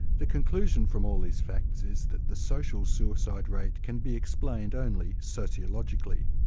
the conclusion from all these facts is that the social suicide rate can be explained only sociologically.